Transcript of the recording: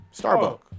Starbucks